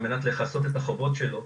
על מנת לכסות את החובות שלו,